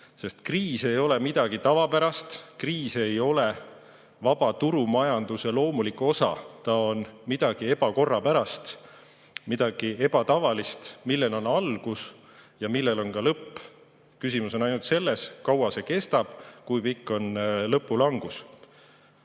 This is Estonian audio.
kriis. Kriis ei ole midagi tavapärast. Kriis ei ole vaba turumajanduse loomulik osa. Ta on midagi ebakorrapärast, midagi ebatavalist, millel on algus ja millel on ka lõpp. Küsimus on ainult selles, kui kaua see kestab, kui pikk on lõpu langus.